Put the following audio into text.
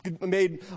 made